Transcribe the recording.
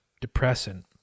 depressant